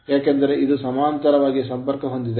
ಏಕೆಂದರೆ ಇದು ಸಮಾನಾಂತರವಾಗಿ ಸಂಪರ್ಕಹೊಂದಿದೆ